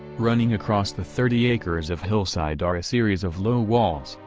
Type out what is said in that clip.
running across the thirty acres of hillside are a series of low walls,